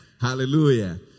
Hallelujah